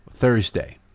thursday